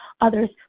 others